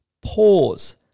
Pause